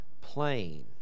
plain